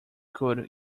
could